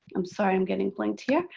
i'm sorry, i'm getting blanked here,